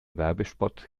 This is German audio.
werbespot